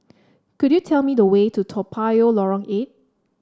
could you tell me the way to Toa Payoh Lorong Eight